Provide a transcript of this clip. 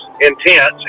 intense